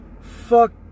Fuck